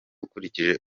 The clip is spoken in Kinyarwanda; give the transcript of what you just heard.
ukurikije